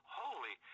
holy